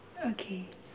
okay